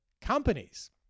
companies